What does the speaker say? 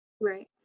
Right